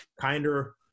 kinder